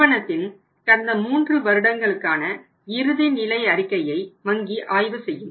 நிறுவனத்தின் கடந்த மூன்று வருடங்களுக்கான இறுதிநிலை அறிக்கையை வங்கி ஆய்வு செய்யும்